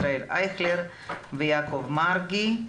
ישראל אייכלר ויעקב מרגי.